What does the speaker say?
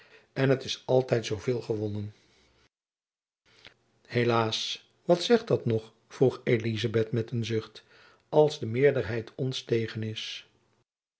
en t is altijd zoo veel gewonnen jacob van lennep elizabeth musch helaas wat zegt dat nog vroeg elizabeth met een zucht als de meerderheid ons tegen is